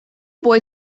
boy